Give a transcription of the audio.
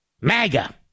MAGA